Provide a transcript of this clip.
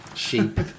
Sheep